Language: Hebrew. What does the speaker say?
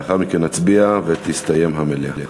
לאחר מכן נצביע ותסתיים המליאה.